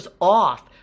off